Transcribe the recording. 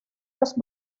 los